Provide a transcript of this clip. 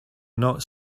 not